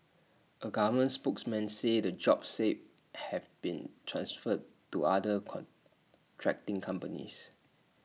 A government spokesman said the jobs saved have been transferred to other contracting companies